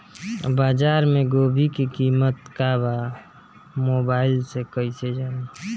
बाजार में गोभी के कीमत का बा मोबाइल से कइसे जानी?